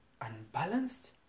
unbalanced